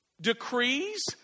decrees